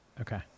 Okay